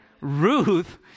Ruth